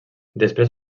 després